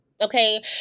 Okay